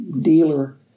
dealer